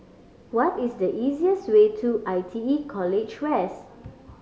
what is the easiest way to I T E College West